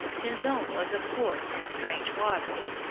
pinzon was, of course, in strange waters.